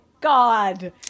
God